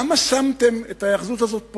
למה שמתם את ההיאחזות הזאת פה?